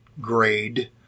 grade